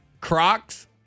Crocs